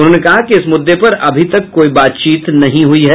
उन्होंने कहा कि इस मुद्दे पर अभी तक कोई बातचीत नहीं हुई है